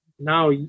Now